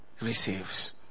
receives